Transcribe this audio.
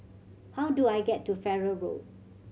how do I get to Farrer Road